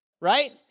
Right